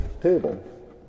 table